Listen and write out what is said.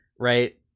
right